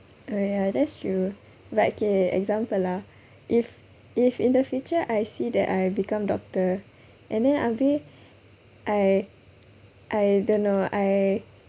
oh ya that's true but okay example lah if if in the future I see that I become doctor and then abeh I I don't know I